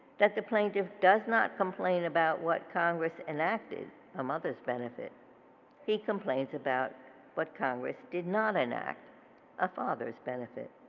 that the plaintiff does not complain about what congress enacted a mother's benefit he complains about what congress did not enact a father's benefit.